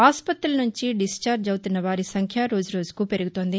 ఆస్పతుల నుంచి డిక్బార్డ్ అవుతున్న వారి సంఖ్య రోజు రోజుకూ పెరుగుతోంది